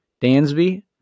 Dansby